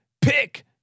Pick